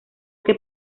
que